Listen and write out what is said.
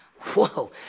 whoa